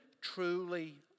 truly